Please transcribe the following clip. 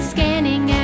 Scanning